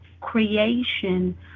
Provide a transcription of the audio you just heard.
creation